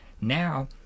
Now